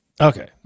Okay